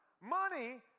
money